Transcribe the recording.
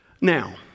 Now